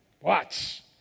Watch